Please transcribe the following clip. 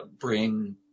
bring